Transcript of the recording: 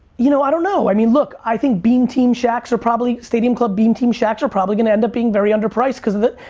you know, i don't know. i mean, look, i think beam team shaqs are probably, stadium club beam team shaqs are probably gonna end up being very underpriced cause of the,